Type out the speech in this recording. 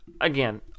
Again